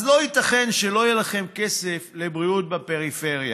אז לא ייתכן שלא יהיה לכם כסף לבריאות בפריפריה.